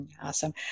awesome